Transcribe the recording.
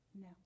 No